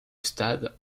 stade